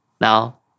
Now